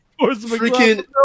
freaking